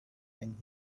and